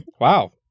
Wow